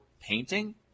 painting